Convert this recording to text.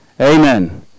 Amen